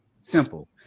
simple